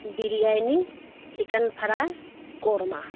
biryani chicken fry korma